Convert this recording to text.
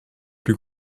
plus